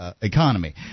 economy